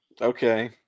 okay